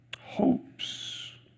hopes